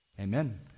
Amen